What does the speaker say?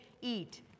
eat